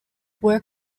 work